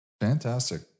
Fantastic